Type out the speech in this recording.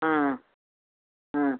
ம் ம்